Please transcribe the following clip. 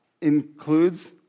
includes